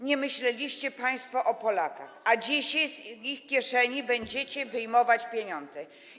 Nie myśleliście państwo o Polakach, a dzisiaj z ich kieszeni będziecie wyjmować pieniądze.